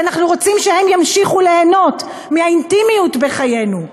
ואנחנו רוצים שהם ימשיכו ליהנות מהאינטימיות בחיינו,